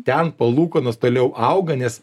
ten palūkanos toliau auga nes